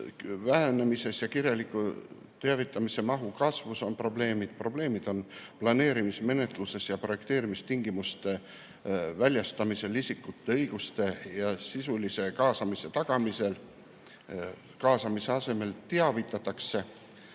vähenemise ja kirjaliku teavitamise mahu kasvu tõttu on probleeme, probleemid on planeerimismenetluses ja projekteerimistingimuste väljastamisel isikute õiguste ja sisulise kaasamise tagamisel, sest kaasamise asemel teavitatakse,